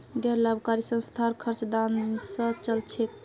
गैर लाभकारी संस्थार खर्च दान स चल छेक